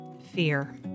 fear